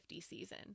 season